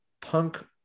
punk